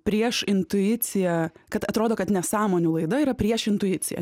prieš intuiciją kad atrodo kad nesąmonių laida yra prieš intuiciją